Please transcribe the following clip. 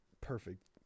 perfect